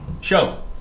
show